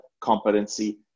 competency